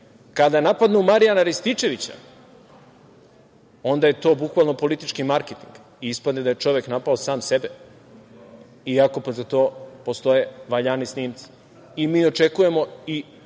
Kada napadnu Marijana Rističevića, onda je to bukvalno politički marketing i ispadne da je čovek napao sam sebe, iako za to postoje valjani snimci, i mi očekujemo i